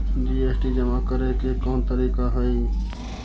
GST जमा करे के कौन तरीका हई